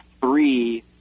three